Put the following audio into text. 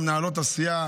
למנהלות הסיעה,